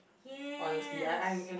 yes